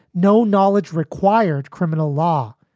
no knowledge required criminal law,